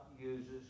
uses